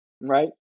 right